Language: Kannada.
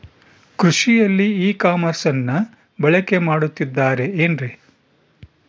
ಕೃಷಿಯಲ್ಲಿ ಇ ಕಾಮರ್ಸನ್ನ ಬಳಕೆ ಮಾಡುತ್ತಿದ್ದಾರೆ ಏನ್ರಿ?